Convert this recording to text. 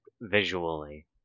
visually